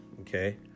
okay